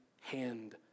hand